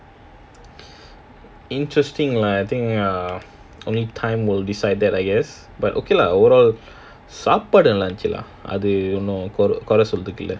interesting lah I think uh only time will decide that I guess but okay lah சாப்பாடு நல்ல இருந்துச்சுல அது ஒன்னும் குறை சொல்றதுக்கில்ல:saapaadu nalla irunthuchula adhu onnum kurai solrathukkila